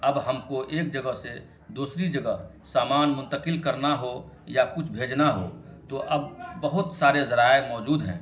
اب ہم کو ایک جگہ سے دوسری جگہ سامان منتقل کرنا ہو یا کچھ بھیجنا ہو تو اب بہت سارے ذرائع موجود ہیں